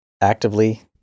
actively